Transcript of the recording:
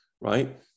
right